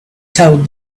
told